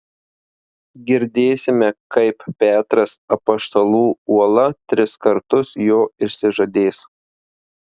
girdėsime kaip petras apaštalų uola tris kartus jo išsižadės